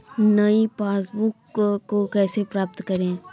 नई पासबुक को कैसे प्राप्त करें?